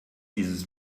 dieses